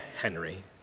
Henry